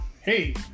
Hey